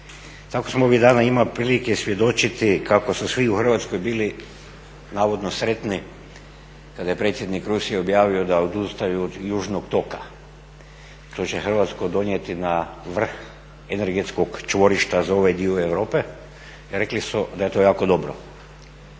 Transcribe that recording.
Tako smo ovih dana imali prilike svjedočiti kako su svi u Hrvatskoj bili navodno sretni kada je predsjednik Rusije objavio da odustaju od južnog toka što će Hrvatsku donijeti na vrh energetskog čvorišta za ovaj dio Europe. Rekli su da je to jako dobro.